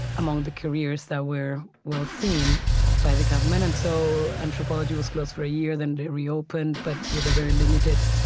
among the careers that were well seen by the government, and so anthropology was closed for a year, then reopened, but with a very limited